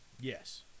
Yes